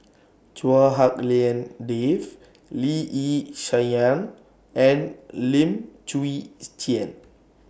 Chua Hak Lien Dave Lee Yi Shyan and Lim Chwee Chian